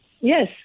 Yes